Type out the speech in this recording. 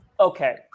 Okay